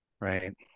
right